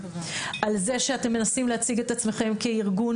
על זה שאתן מנסות להציג את עצמכן כארגון